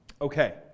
Okay